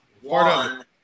one